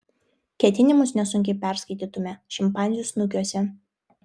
ketinimus nesunkiai perskaitytume šimpanzių snukiuose